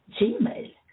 Gmail